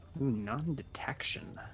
Non-detection